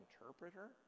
interpreter